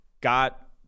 got